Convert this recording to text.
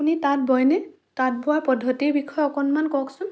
আপুনি তাঁত বয়নে তাঁত বোৱা পদ্ধতিৰ বিষয়ে অকণমান কওকচোন